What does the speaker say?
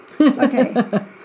Okay